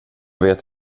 vet